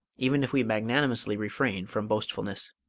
even if we magnanimously refrain from boastfulness.